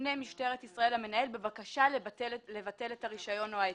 תפנה משטרת ישראל למנהל בבקשה לבטל את הרישיון או ההיתר.